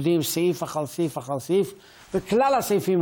ניסה להסביר את זה בכך שכאילו במערכת הקיימת